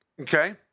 Okay